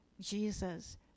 Jesus